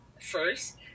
first